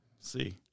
See